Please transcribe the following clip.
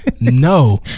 No